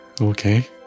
okay